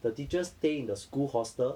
the teachers stay in the school hostel